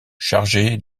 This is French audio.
chargé